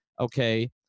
okay